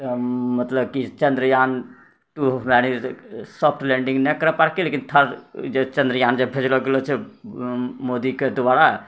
मतलब कि चन्द्रयान टू हमराएनी सॉफ्ट लेंडिंग नहि करए पयलकै लेकिन थर्ड जे चन्द्रयान जे भेजलो गेलो छै मोदीके द्वारा